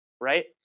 right